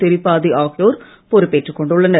திரிபாதி ஆகியோர் பொறுப்பேற்றுக் கொண்டுள்ளனர்